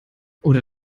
oder